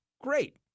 Great